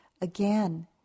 Again